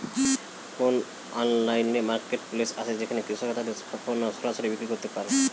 কোন online marketplace আছে যেখানে কৃষকরা তাদের পণ্য সরাসরি বিক্রি করতে পারে?